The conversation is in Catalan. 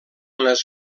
les